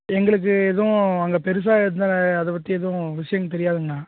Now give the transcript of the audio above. எங்களுக்கு எதுவும் அங்கே பெருசாக எந்த அதைப் பற்றி எதுவும் விஷயம் தெரியாதுங்ண்ணா